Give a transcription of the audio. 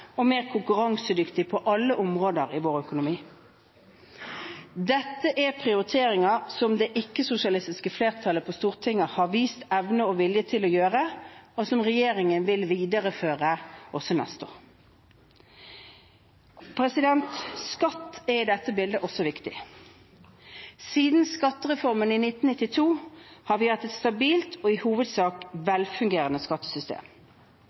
og mer konkurransedyktige på alle områder i vår økonomi. Dette er prioriteringer som det ikke-sosialistiske flertallet på Stortinget har vist evne og vilje til å gjøre, og som regjeringen vil videreføre også neste år. Skatt er i dette bildet også viktig. Siden skattereformen i 1992 har vi hatt et stabilt og i hovedsak velfungerende skattesystem.